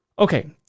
Okay